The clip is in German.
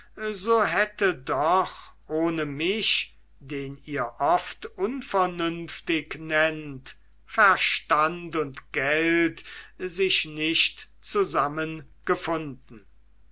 so hätte doch ohne mich den ihr oft unvernünftig nennt verstand und geld sich nicht